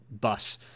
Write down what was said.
bus